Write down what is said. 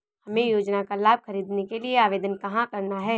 हमें योजना का लाभ ख़रीदने के लिए आवेदन कहाँ करना है?